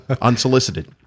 Unsolicited